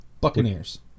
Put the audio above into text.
Buccaneers